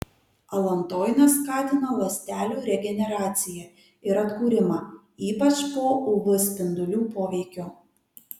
alantoinas skatina ląstelių regeneraciją ir atkūrimą ypač po uv spindulių poveikio